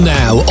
now